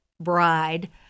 bride